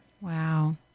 Wow